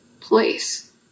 place